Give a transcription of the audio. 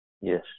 Yes